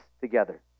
together